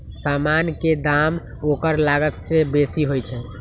समान के दाम ओकर लागत से बेशी होइ छइ